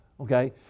okay